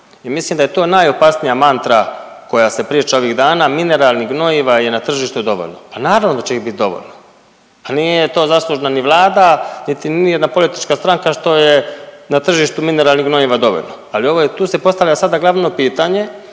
mislim da je to najopasnija mantra koja se priča ovih dana, mineralnih gnojiva je na tržištu dovoljno, pa naravno da će ih bit dovoljno, pa nije to zaslužna ni vlada, niti jedna politička stranka što je na tržištu mineralnih gnojiva dovoljno, ali ovo je, tu se postavlja sada glavno pitanje